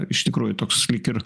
iš tikrųjų toks lyg ir